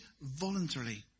voluntarily